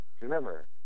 Remember